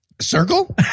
Circle